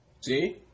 See